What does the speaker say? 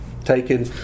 taken